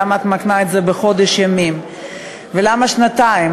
למה את מתנה את זה בחודש ימים ולמה שנתיים?